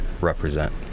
represent